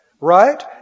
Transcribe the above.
right